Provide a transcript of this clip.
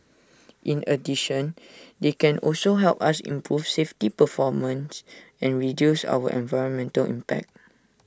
in addition they can also help us improve safety performance and reduce our environmental impact